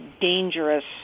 dangerous